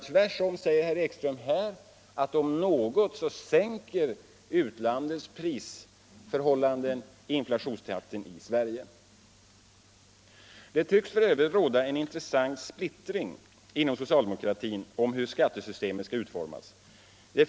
Tvärtom medger herr Ekström här att om något så sänker utlandets prisförhållanden inflationskraften i Sverige. Det tycks f.ö. råda en intressant splittring inom socialdemokratin i fråga om hur skattesystemet skall utformas.